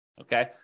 Okay